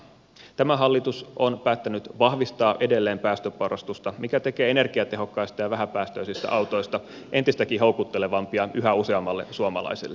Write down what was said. tämä hallitus on päättänyt vahvistaa edelleen päästöporrastusta mikä tekee energiatehokkaista ja vähäpäästöisistä autoista entistäkin houkuttelevampia yhä useammalle suomalaiselle